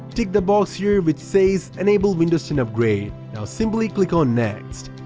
tick the box here which says enable windows ten upgrade now simply click on next.